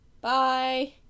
Bye